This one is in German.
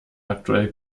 aktuell